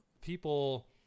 people